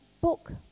book